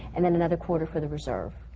and then another quarter for the reserve.